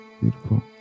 Beautiful